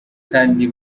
kdi